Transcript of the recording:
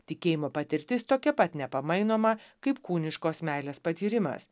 tikėjimo patirtis tokia pat nepamainoma kaip kūniškos meilės patyrimas